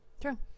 true